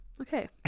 Okay